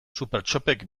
supertxopek